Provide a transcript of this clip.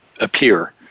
appear